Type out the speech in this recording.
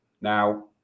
Now